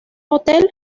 hotel